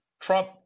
Trump